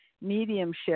mediumship